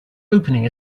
opening